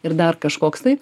ir dar kažkoks tai